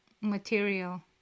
material